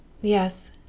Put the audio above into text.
Yes